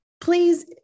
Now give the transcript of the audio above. please